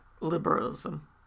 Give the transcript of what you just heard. liberalism